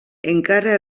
encara